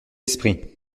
esprits